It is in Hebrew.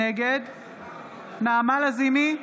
נגד נעמה לזימי,